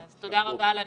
אז תודה רבה על הנקודות,